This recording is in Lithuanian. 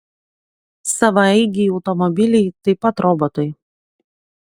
savaeigiai automobiliai taip pat robotai